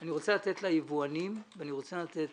אני רוצה לתת ליבואנים; ואני רוצה לתת